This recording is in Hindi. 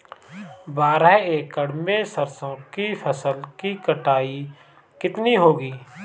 बारह एकड़ में सरसों की फसल की कटाई कितनी होगी?